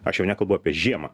aš jau nekalbu apie žiemą